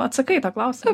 atsakai į tą klausimą